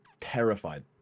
terrified